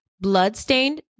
blood-stained